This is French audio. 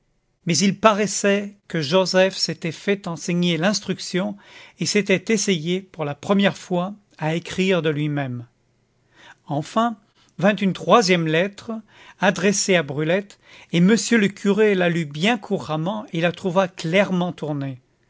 mais il paraissait que joseph s'était fait enseigner l'instruction et s'était essayé pour la première fois à écrire de lui-même enfin vint une troisième lettre adressée à brulette et monsieur le curé la lut bien couramment et la trouva clairement tournée